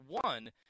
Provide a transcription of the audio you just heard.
one